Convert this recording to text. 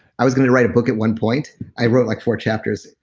i was going to write a book at one point. i wrote like four chapters.